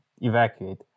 evacuate